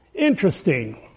Interesting